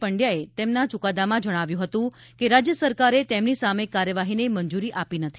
પંડ્યાએ તેમના ચુકાદામાં જણાવ્યું હતું કે રાજ્ય સરકારે તેમની સામે કાર્યવાહીને મંજુરી આપી નથી